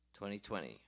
2020